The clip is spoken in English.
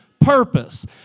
purpose